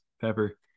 Pepper